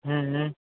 હમ હમ